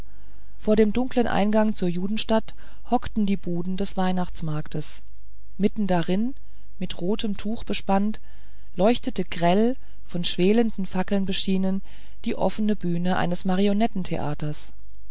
vor dem dunklen eingang zur judenstadt hockten die buden des weihnachtsmarktes mitten darin mit rotem tuch bespannt leuchtete grell von schwelenden fackeln beschienen die offene bühne eines marionettentheaters